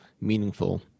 meaningful